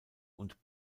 und